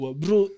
bro